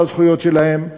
על הזכויות שלהם,